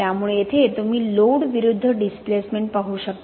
त्यामुळे येथे तुम्ही लोड विरुद्ध डिस्प्लेसमेंट पाहू शकता